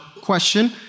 question